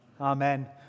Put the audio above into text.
Amen